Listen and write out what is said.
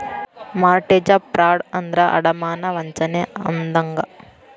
mortgage fraud ಅಂದ್ರ ಅಡಮಾನ ವಂಚನೆ ಅಂದಂಗ